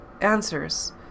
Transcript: answers